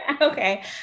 okay